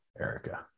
Erica